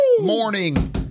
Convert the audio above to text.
morning